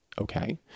okay